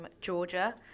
Georgia